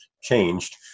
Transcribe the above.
changed